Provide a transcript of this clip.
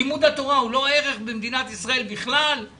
לימוד התורה הוא לא ערך במדינת ישראל בכלל?